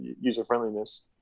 user-friendliness